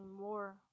more